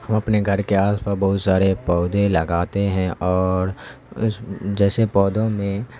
ہم اپنے گھر کے آس پاس بہت سارے پودے لگاتے ہیں اور اس جیسے پودوں میں